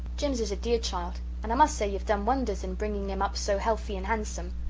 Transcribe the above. jims is a dear child and i must say you've done wonders in bringing him up so healthy and handsome.